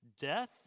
Death